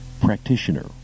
practitioner